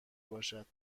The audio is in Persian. باشد